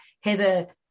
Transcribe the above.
Heather